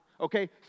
Okay